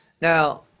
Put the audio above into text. Now